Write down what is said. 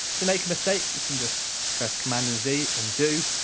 if you make a mistake, you can just press command and z, undo.